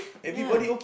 ya